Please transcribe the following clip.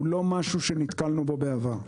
הוא לא משהו שנתקלנו בו בעבר.